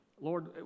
Lord